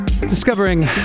Discovering